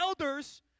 elders